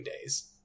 days